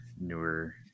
newer